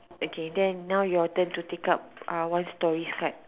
okay then now your turn to take up uh one story slide